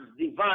divine